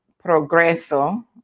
Progreso